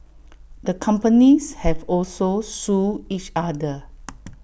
the companies have also sued each other